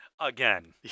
Again